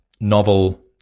novel